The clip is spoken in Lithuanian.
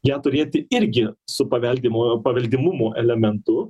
ją turėti irgi su paveldimojo paveldimumo elementu